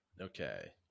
Okay